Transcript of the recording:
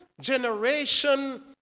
generation